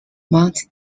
mount